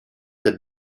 the